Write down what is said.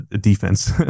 defense